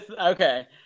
okay